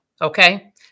okay